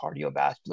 cardiovascular